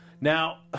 Now